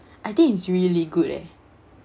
I think it's really good eh